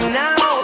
now